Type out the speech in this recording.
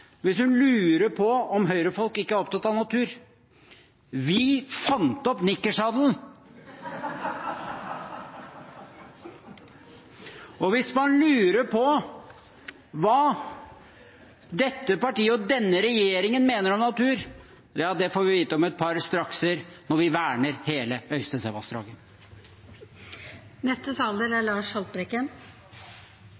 hvis hun lurer på om Høyre-folk ikke er opptatt av natur. Vi fant opp nikkersadelen . Hvis man lurer på hva dette partiet og denne regjeringen mener om natur, får vi vite det om et par strakser når vi verner hele Øystesevassdraget. Oppkonstruert konflikt får vi høre at det er.